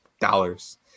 dollars